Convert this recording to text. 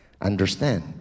understand